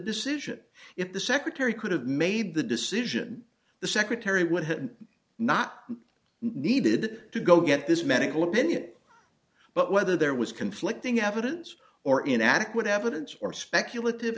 decision if the secretary could have made the decision the secretary would have not needed to go get this medical opinion but whether there was conflicting evidence or inadequate evidence or speculative